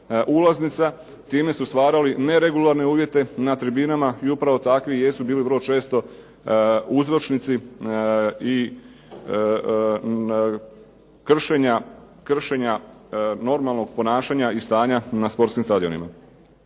ulaznica. Time su stvarali ne regularne uvjete na tribinama i upravo takvi jesu bili vrlo često uzročnici i kršenja normalnog ponašanja i stanja na sportskim stadionima.